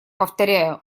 повторяю